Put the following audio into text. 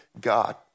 God